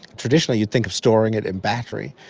traditionally you'd think of storing it in battery,